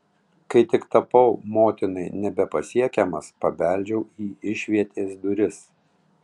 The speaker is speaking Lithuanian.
kai tik tapau motinai nebepasiekiamas pabeldžiau į išvietės duris